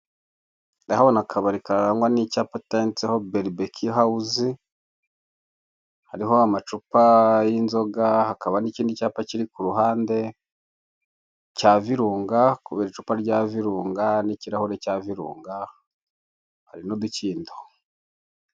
Ndahabona akabari karangwa n'icyapa cyanditseho Barbecue House, hariho amacupa y'inzoga , hakaba n'ikindi cyapa cyiri ku ruhande cya Virunga kubera icupa cya Virunga n'ikirahure cya Virunga, hari n'udukindo.